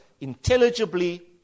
intelligibly